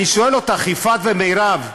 אני שואל אתכן, יפעת ומירב,